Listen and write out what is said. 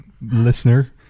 listener